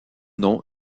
noms